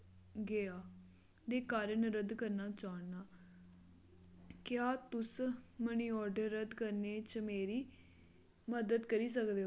गेआ दे कारण रद्द करना चाह्न्नां क्या तुस मनी आर्डर रद्द करने च मेरी मदद करी सकदे ओ